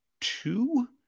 Two